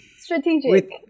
Strategic